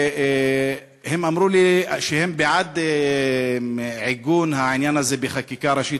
והם אמרו לי שהם בעד עיגון העניין הזה בחקיקה ראשית,